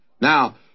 Now